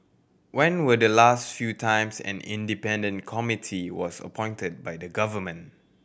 when were the last few times an independent committee was appointed by the government